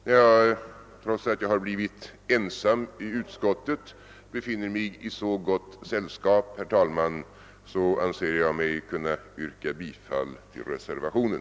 När jag, trots att jag blivit ensam i utskottet, befinner mig i så gott sällskap, anser jag mig, herr talman, kunna yrka bifall till reservationen.